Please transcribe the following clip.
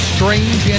Strange